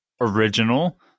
original